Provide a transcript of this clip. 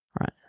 Right